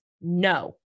no